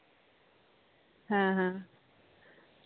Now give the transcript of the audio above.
ᱦᱮᱸ ᱦᱮᱸ